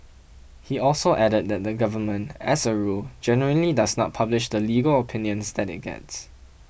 he also added that the government as a rule generally does not publish the legal opinions that it gets